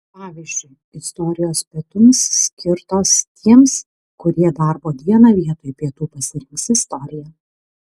pavyzdžiui istorijos pietums skirtos tiems kurie darbo dieną vietoj pietų pasirinks istoriją